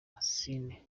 rwasine